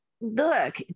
look